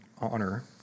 honor